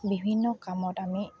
বিভিন্ন কামত আমি